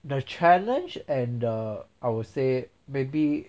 the challenge and I would say maybe